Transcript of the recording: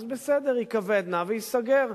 אז בסדר, ייכבד נא וייסגר.